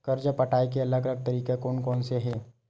कर्जा पटाये के अलग अलग तरीका कोन कोन से हे?